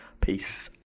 Peace